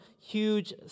huge